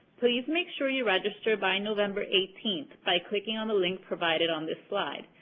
please make sure you register by november eighteenth by clicking on the link provided on this slide.